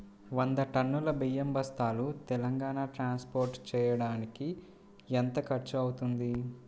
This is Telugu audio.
వంద టన్నులు బియ్యం బస్తాలు తెలంగాణ ట్రాస్పోర్ట్ చేయటానికి కి ఎంత ఖర్చు అవుతుంది?